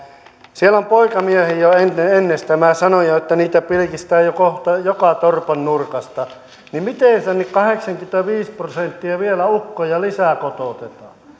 siellä on poikamiehiä jo ennestään minä sanoin jo että niitä pilkistää jo kohta joka torpan nurkasta miten tänne kahdeksankymmentäviisi prosenttia vielä ukkoja lisää kotoutetaan